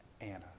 Anna